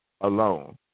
alone